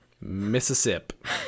Mississippi